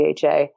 DHA